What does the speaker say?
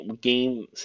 game